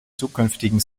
zukünftigen